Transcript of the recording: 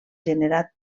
generat